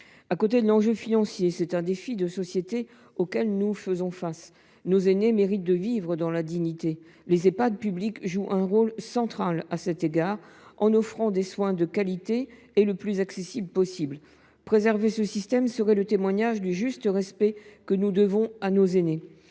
Au delà de l’enjeu financier, nous faisons face à un défi de société. Nos aînés méritent de vivre dans la dignité. Les Ehpad publics jouent un rôle central à cet égard, en offrant des soins de qualité qui demeurent les plus accessibles possible. Préserver ce système serait le témoignage du juste respect que nous devons à nos aînés.